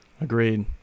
agreed